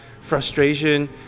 Frustration